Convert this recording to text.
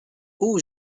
haut